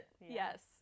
Yes